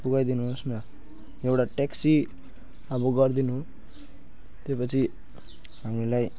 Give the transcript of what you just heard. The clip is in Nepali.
पुर्याइदिनु होस् न एउटा ट्याक्सी अब गरिदिनु त्यहीपछि हामीलाई